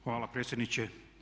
Hvala predsjedniče.